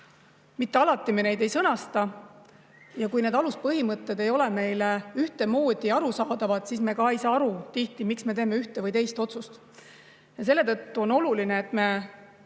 Mitte alati me neid ei sõnasta ja kui need aluspõhimõtted ei ole meile ühtemoodi arusaadavad, siis me ei saa tihti aru, miks me teeme ühe või teise otsuse. Ja selle tõttu on oluline, et me